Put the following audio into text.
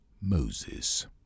Moses